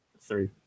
Three